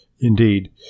Indeed